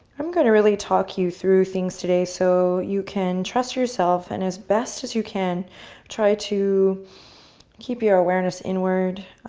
i'm gonna really talk you through things today so you can trust yourself and as best as you can try to keep your awareness inward,